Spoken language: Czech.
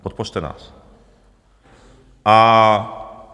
Podpořte nás.